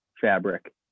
fabric